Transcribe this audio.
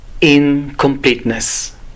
incompleteness